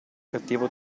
cattivo